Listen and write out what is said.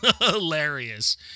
Hilarious